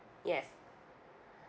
yes